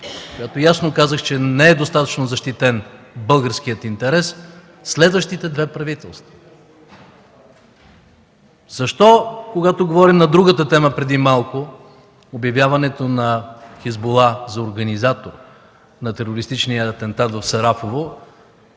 която ясно казах, че не е достатъчно защитен българският интерес, следващите две правителства? Защо, когато говорим на другата тема преди малко – обявяването на „Хизбула” за организатор на терористичния атентат в Сарафово,